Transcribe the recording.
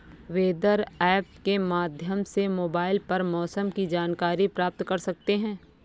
weather app के माध्यम से मोबाइल पर मौसम की जानकारी प्राप्त कर सकते हैं